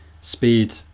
speed